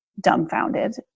dumbfounded